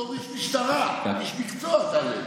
בתור איש משטרה, איש מקצוע, תענה.